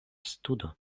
studo